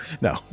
No